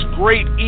great